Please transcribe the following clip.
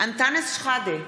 אנטאנס שחאדה,